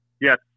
yes